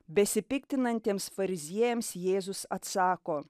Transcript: besipiktinantiems fariziejams jėzus atsako